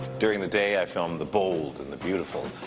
during the day i film the bold and the beautiful,